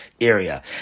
area